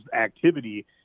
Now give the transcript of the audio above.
activity